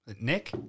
Nick